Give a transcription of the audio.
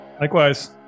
Likewise